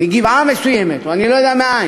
מגבעה מסוימת, או אני לא יודע מאין.